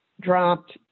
dropped